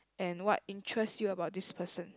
and what interests you about this person